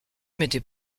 m’étais